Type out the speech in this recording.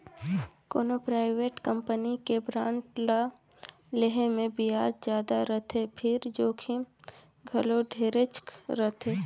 कोनो private company के bond ल लेहे मे बियाज जादा रथे फिर जोखिम घलो ढेरेच रथे